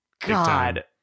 God